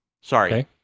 sorry